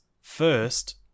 first